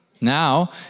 Now